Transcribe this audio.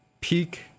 peak